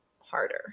harder